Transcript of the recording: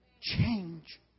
Change